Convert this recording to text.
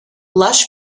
lush